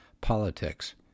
politics